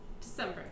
December